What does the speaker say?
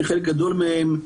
שחלק גדול מהם,